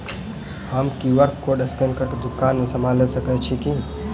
हम QR code scan कऽ केँ दुकान मे समान लऽ सकैत छी की?